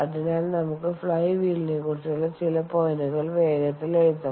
അതിനാൽ നമുക്ക് ഫ്ലൈ വീലിനെ കുറിച്ചുള്ള ചില പോയിന്റുകൾ വേഗത്തിൽ എഴുതാം